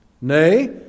Nay